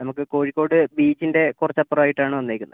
നമുക്ക് കോഴിക്കോട് ബീച്ചിൻ്റെ കുറച്ച് അപ്പുറമായിട്ടാണ് വന്നിരിക്കുന്നത്